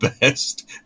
best